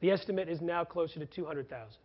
the estimate is now closer to two hundred thousand